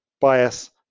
bias